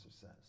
says